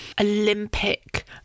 Olympic